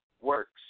works